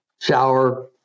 shower